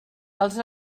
els